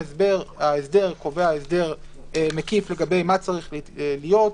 ההסדר קובע הסדר מקיף לגבי מה צריך להיות.